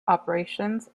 operations